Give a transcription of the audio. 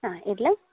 ಹಾಂ ಇಡಲಾ